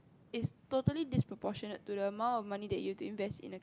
is totally disproportionate to the amount of money that you have to invest in a